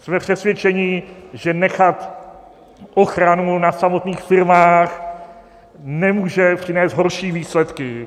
Jsme přesvědčeni, že nechat ochranu na samotných firmách nemůže přinést horší výsledky.